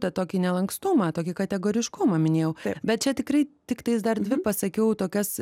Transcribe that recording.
tą tokį nelankstumą tokį kategoriškumą minėjau bet čia tikrai tiktais dar dvi pasakiau tokias